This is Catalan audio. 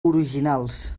originals